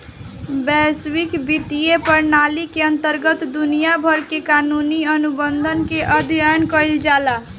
बैसविक बित्तीय प्रनाली के अंतरगत दुनिया भर के कानूनी अनुबंध के अध्ययन कईल जाला